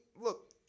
look